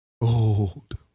old